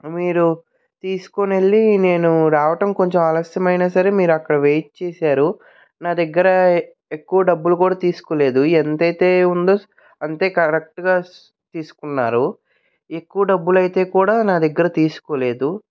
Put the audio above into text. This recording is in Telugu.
మీరు తీసుకొనెళ్లి నేను రావటం కొంచెం ఆలస్యమైనా సరే మీరు అక్కడ వెయిట్ చేశారు నా దగ్గర ఎక్కువ డబ్బులు కూడా తీసుకోలేదు ఎంతయితే ఉందో అంతే కరెక్ట్గా తీసుకున్నారు ఎక్కువ డబ్బులు అయితే కూడా నా దగ్గర తీసుకోలేదు